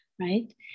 right